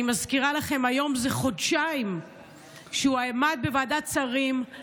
אני מזכירה לכם: היום זה חודשיים שהוא עמד בוועדת השרים,